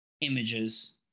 images